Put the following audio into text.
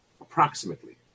approximately